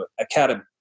Academy